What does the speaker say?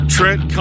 Trent